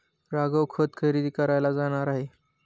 राघव खत खरेदी करायला जाणार आहे